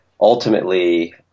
ultimately